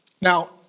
Now